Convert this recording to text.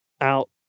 out